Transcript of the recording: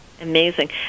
Amazing